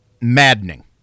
maddening